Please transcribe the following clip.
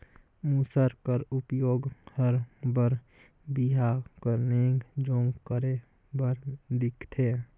मूसर कर उपियोग हर बर बिहा कर नेग जोग करे बर दिखथे